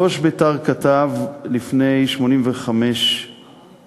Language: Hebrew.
ראש בית"ר כתב לפני 85 שנים